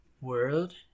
world